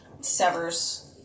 severs